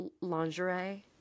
lingerie